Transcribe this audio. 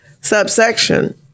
subsection